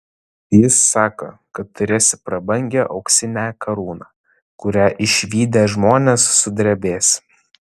jis sako kad turėsi prabangią auksinę karūną kurią išvydę žmonės sudrebės